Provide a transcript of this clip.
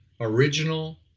original